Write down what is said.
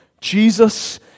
Jesus